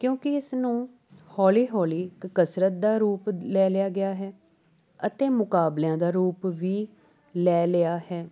ਕਿਉਂਕਿ ਇਸ ਨੂੰ ਹੌਲੀ ਹੌਲੀ ਕਸਰਤ ਦਾ ਰੂਪ ਲੈ ਲਿਆ ਗਿਆ ਹੈ ਅਤੇ ਮੁਕਾਬਲਿਆਂ ਦਾ ਰੂਪ ਵੀ ਲੈ ਲਿਆ ਹੈ